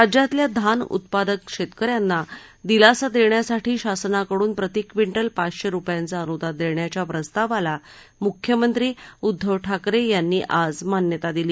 राज्यातल्या धान उत्पादक शेतकऱ्यांना दिलासा देण्यासाठी शासनाकडून प्रती क्विंटल पाचशे रुपयांचं अनुदान देण्याच्या प्रस्तावाला मुख्यमंत्री उद्धव ठाकरे यांनी आज मान्यता दिली